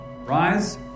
rise